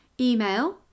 email